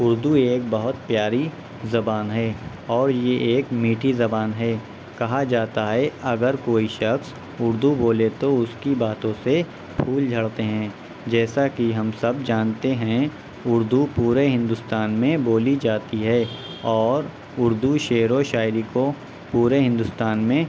اردو ایک بہت پیاری زبان ہے اور یہ ایک میٹھی زبان ہے کہا جاتا ہے اگر کوئی شخص اردو بولے تو اس کی باتوں سے پھول جھڑتے ہیں جیسا کہ ہم سب جانتے ہیں اردو پورے ہندوستان میں بولی جاتی ہے اور اردو شعر و شاعری کو پورے ہندوستان میں